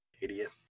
Idiot